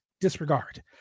disregard